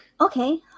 okay